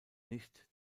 nicht